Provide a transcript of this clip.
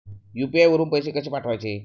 UPI वरून पैसे कसे पाठवायचे?